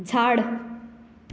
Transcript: झाड